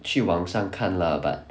去网上看 lah but